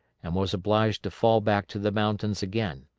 and was obliged to fall back to the mountains again.